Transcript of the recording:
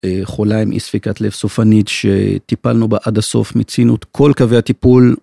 חולה עם אי ספיקת לב סופנית, שטיפלנו בה עד הסוף, מצינו את כל קווי הטיפול.